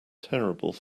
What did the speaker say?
terrible